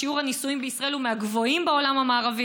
שיעור הנישואים בישראל הוא מהגבוהים בעולם המערבי,